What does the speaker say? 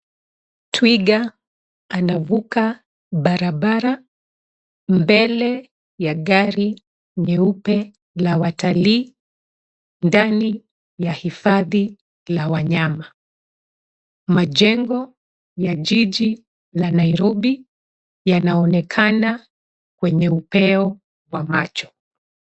Twiga anavuka barabara mbele ya gari nyeupe la watalii ndani ya hifadhi la wanyama. Majengo ya jiji la Nairobi yanaonekana kwenye upeo wa macho.